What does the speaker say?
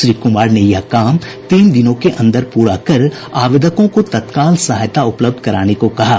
श्री कुमार ने यह काम तीन दिनों के अंदर प्ररा कर आवेदकों को तत्काल सहायता उपलब्ध कराने को कहा है